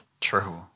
True